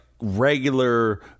regular